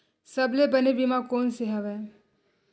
सबले बने बीमा कोन से हवय?